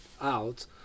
out